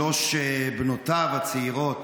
שלוש בנותיו הצעירות